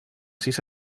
sis